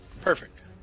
Perfect